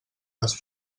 les